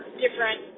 different